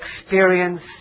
experience